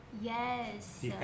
Yes